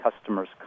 customers